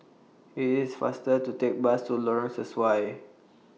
IT IS faster to Take Bus to Lorong Sesuai